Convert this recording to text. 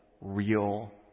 real